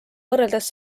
võrreldes